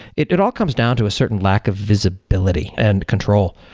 it it all comes down to a certain lack of visibility and control.